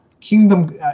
Kingdom